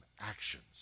actions